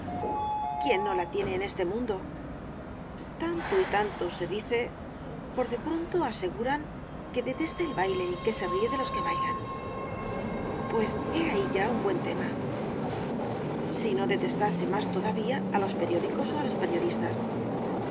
quién no la tiene en este mundo tanto y tanto se dice por de pronto aseguran que detesta el baile y que se ríe de los qué bailan pues he ahí ya un buen tema si no detestase más todavía á los periódicos y á los periodistas